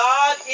God